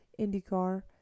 IndyCar